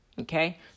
Okay